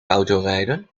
autorijden